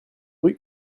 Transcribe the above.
rue